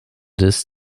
des